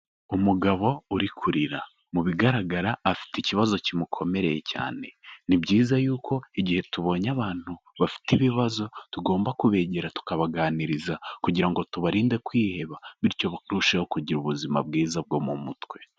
Umugabo uri kurira mu bigaragara afite ikibazo kimukomereye cyane, ni byiza yuko igihe tubonye abantu bafite ibibazo tugomba kubegera tukabaganiriza kugira ngo tubarinde kwiheba bityo barusheho kugira ubuzima bwiza bwo mu mutwe.